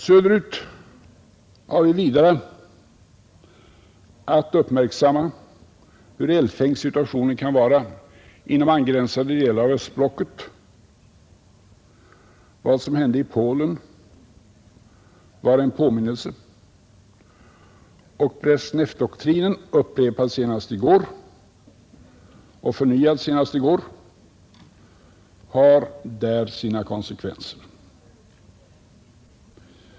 Söderut har vi vidare att uppmärksamma hur eldfängd situationen kan vara inom angränsande delar av östblocket. Vad som hände i Polen var en påminnelse, och Brezjnevdoktrinen — upprepad och förnyad senast i går — har där sina konsekvenser.